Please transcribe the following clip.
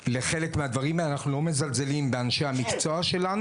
ואנחנו גם נמצאים בצומת של שלוש